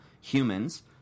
humans